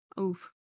Oof